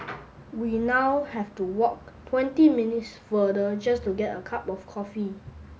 we now have to walk twenty minutes further just to get a cup of coffee